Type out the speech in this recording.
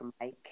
Mike